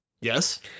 Yes